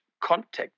contact